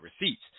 receipts